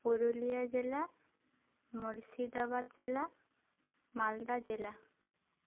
ᱯᱩᱨᱩᱞᱤᱭᱟᱹ ᱡᱮᱞᱟ ᱢᱩᱨᱥᱤᱫᱟᱵᱟᱫ ᱡᱮᱞᱟ ᱢᱟᱞᱫᱟ ᱡᱮᱞᱟ